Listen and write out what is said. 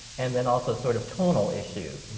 and then also sort of tonal issues.